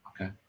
Okay